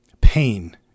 Pain